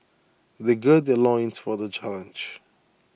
they gird their loins for the challenge